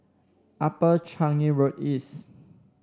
Upper Changi Road East